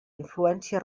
influència